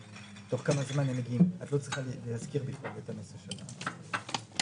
לשילוב- -- בתוך התמיכה ברשויות מקומיות זה